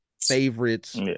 favorites